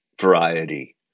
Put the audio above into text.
variety